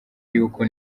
y’uko